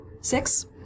Six